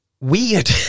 weird